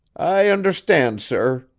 i understand, sir.